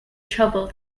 trouble